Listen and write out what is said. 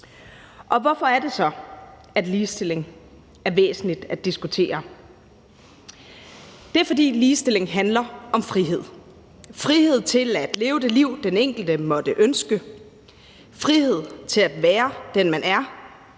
Hvorfor er det så, at ligestilling er væsentligt at diskutere? Det er, fordi ligestilling handler om frihed – frihed til at leve det liv, den enkelte måtte ønske, frihed til at være den, man er,